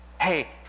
Hey